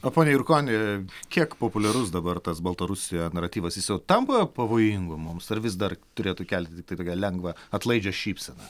pone jurkoni kiek populiarus dabar tas baltarusijoje naratyvas jis jau tampa pavojingu mums ar vis dar turėtų kelti tiktai tokią lengvą atlaidžią šypseną